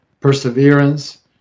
perseverance